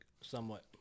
somewhat